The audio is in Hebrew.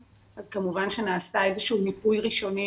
אז כמובן שנעשה איזה שהוא מיפוי ראשוני